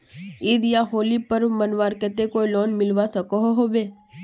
ईद या होली पर्व मनवार केते कोई लोन मिलवा सकोहो होबे?